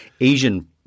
Asian-